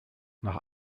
nach